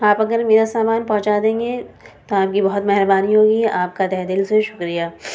آپ اگر میرا سامان پہنچا دیں گے تو آپ کی بہت مہربانی ہوگی آپ کا تہہ دل سے شکریہ